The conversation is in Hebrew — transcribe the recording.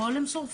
הכל הם שורפים?